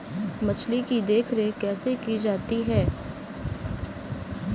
मछली की देखरेख कैसे की जाती है?